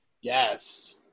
Yes